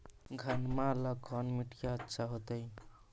घनमा ला कौन मिट्टियां अच्छा होतई?